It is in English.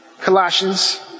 Colossians